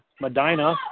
Medina